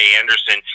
Anderson